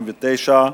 39)